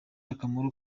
akamaro